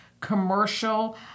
commercial